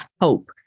Hope